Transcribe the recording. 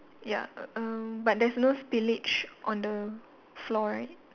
ya err but there's no spillage on the floor right